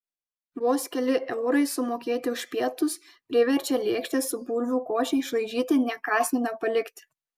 vos keli eurai sumokėti už pietus priverčia lėkštę su bulvių koše išlaižyti nė kąsnio nepalikti